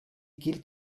gilt